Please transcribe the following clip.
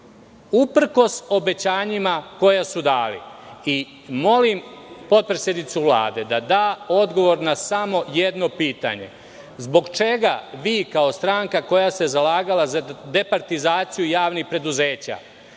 uprkos obećanjima koja su dali. Molim potpredsednicu Vlade da da odgovor na samo jedno pitanje – zbog čega vi, kao stranka koja se zalagala za departizaciju javnih preduzeća,